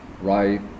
right